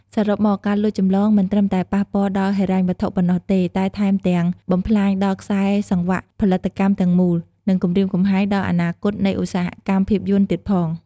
សរុបមក ការលួចចម្លងមិនត្រឹមតែប៉ះពាល់ដល់ហិរញ្ញវត្ថុប៉ុណ្ណោះទេ តែថែមទាំងបំផ្លាញដល់ខ្សែសង្វាក់ផលិតកម្មទាំងមូល និងគំរាមកំហែងដល់អនាគតនៃឧស្សាហកម្មភាពយន្តទៀតផង។